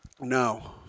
No